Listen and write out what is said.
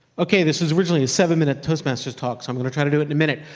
okay, this was originally a seven-minute toastmasters talk, so i'm gonna try to do it in a minute.